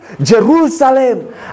Jerusalem